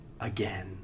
Again